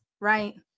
right